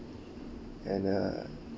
and uh